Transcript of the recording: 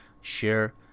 share